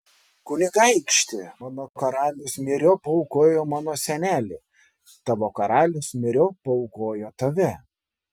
kunigaikšti mano karalius myriop paaukojo mano senelį tavo karalius myriop paaukojo tave